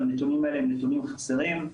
אבל הנתונים האלה הם נתונים חסרים,